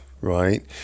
right